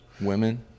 women